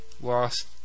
lost